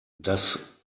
das